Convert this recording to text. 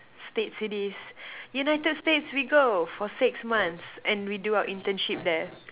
States it is United states we go for six months and we do our internship there